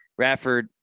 Rafford